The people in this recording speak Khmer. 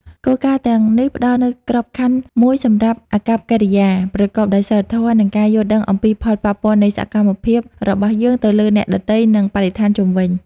គោលការណ៍ទាំងនេះផ្ដល់នូវក្របខណ្ឌមួយសម្រាប់អាកប្បកិរិយាប្រកបដោយសីលធម៌ និងការយល់ដឹងអំពីផលប៉ះពាល់នៃសកម្មភាពរបស់យើងទៅលើអ្នកដទៃ និងបរិស្ថានជុំវិញ។